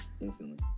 instantly